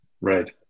Right